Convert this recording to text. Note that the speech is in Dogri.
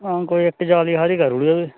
हां कोई इक जाली हारी करी ओड़ेओ